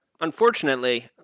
unfortunately